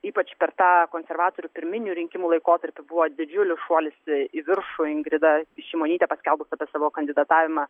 ypač per tą konservatorių pirminių rinkimų laikotarpį buvo didžiulis šuolis į viršų ingrida šimonytė paskelbus apie savo kandidatavimą